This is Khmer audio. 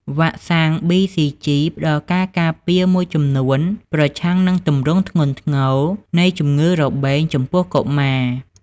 វ៉ាក់សាំង BCG ផ្តល់ការការពារមួយចំនួនប្រឆាំងនឹងទម្រង់ធ្ងន់ធ្ងរនៃជំងឺរបេងចំពោះកុមារ។